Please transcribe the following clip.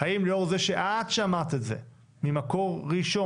האם לאור זה שאת שאמרת את זה ממקור ראשון,